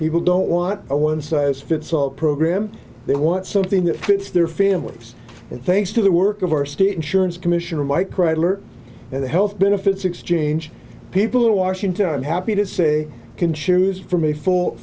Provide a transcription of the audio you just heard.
people don't want a one size fits all program they want something that puts their feelers thanks to the work of our state insurance commissioner white chrysler and the health benefits exchange people in washington i'm happy to say can choose from a full